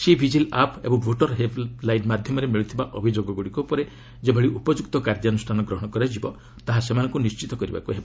cVIGIL app ଓ voter helpline ମାଧ୍ୟମରେ ମିଳୁଥିବା ଅଭିଯୋଗଗୁଡ଼ିକ ଉପରେ ଯେପରି ଉପଯୁକ୍ତ କାର୍ଯ୍ୟାନୁଷ୍ଠାନ ଗ୍ରହଣ କରାଯିବ ତାହା ସେମାନଙ୍କୁ ନିଶ୍ଚିତ କରିବାକୁ ହେବ